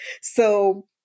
So-